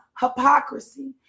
Hypocrisy